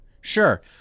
Sure